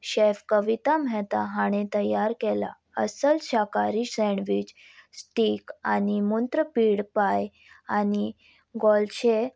chef Kavita Mehta हाणें तयार केला असल शाकाहारी सँडवीच स्टीक आनी मुंत्र पीड पाय आनी गोलशे